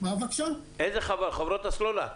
חברות הסלולר?